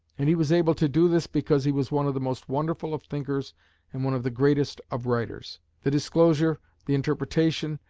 and he was able to do this because he was one of the most wonderful of thinkers and one of the greatest of writers. the disclosure, the interpretation,